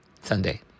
Sunday